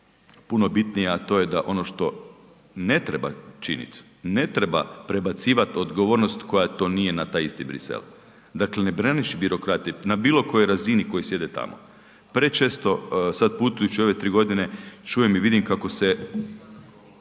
puno bitnije, a to je da ono što ne treba činiti, ne treba prebacivati odgovornost koja to nije na taj isti Bruxelles, dakle ne braniš birokrate na bilo kojoj razini koji sjede tamo. Prečesto sada putujući ove tri godine čujem i vidim kako se